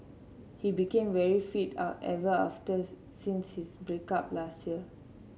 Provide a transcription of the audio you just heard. he became very fit ever after since his break up last year